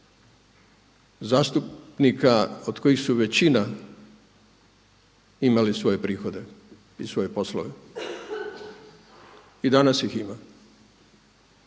zastupnika do kojih su većina imali svoje prihode i svoje poslove i danas ih ima,